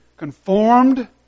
conformed